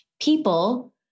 people